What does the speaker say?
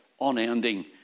unending